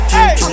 hey